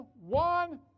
one